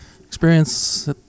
Experience